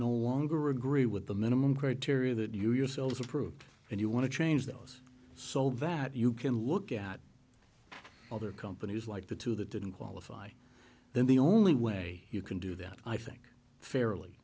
or agree with the minimum criteria that you yourselves approved and you want to change those sold value can look at other companies like the two that didn't qualify then the only way you can do that i think fairly